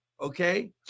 okay